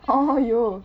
!aiyo!